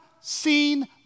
seen